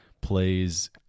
plays